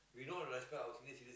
we don't respect our senior citizen